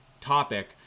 topic